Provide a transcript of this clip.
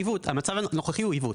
המצב הנוכחי הוא עיוות.